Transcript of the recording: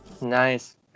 Nice